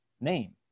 name